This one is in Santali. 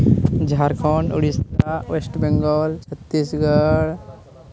ᱡᱷᱟᱲᱠᱷᱚᱸᱰ ᱩᱲᱤᱥᱥᱟ ᱚᱭᱮᱥᱴ ᱵᱮᱝᱜᱚᱞ ᱪᱷᱚᱛᱛᱤᱥᱜᱚᱲ